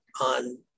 on